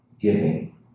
giving